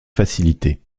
facilité